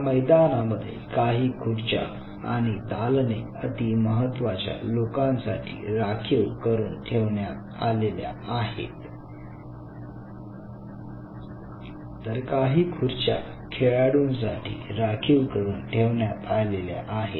या मैदानामध्ये काही खुर्च्या आणि दालने अतिमहत्त्वाच्या लोकांसाठी राखीव करून ठेवण्यात आलेल्या आहेत तर काही खुर्च्या खेळाडूंसाठी राखीव करून ठेवण्यात आलेल्या आहे